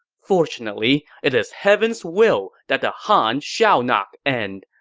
fortunately, it is heaven's will that the han shall not end.